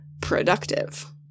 productive